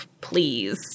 please